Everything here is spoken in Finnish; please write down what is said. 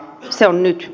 se on nyt